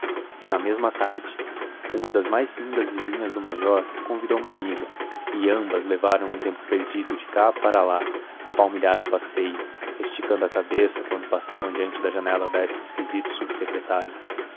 e na mesma tarde uma das mais lindas vizinhas do major convidou uma amiga e ambas levaram um tempo perdido de cá pra lá a palmilhar o passeio esticando a cabeça quando passavam diante da janela aberta do esquisito subsecretário